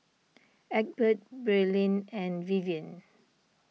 Egbert Braelyn and Vivian